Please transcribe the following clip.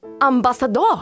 ambassador